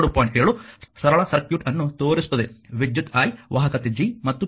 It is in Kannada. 7 ಸರಳ ಸರ್ಕ್ಯೂಟ್ ಅನ್ನು ತೋರಿಸುತ್ತದೆ ವಿದ್ಯುತ್ i ವಾಹಕತೆ G ಮತ್ತು p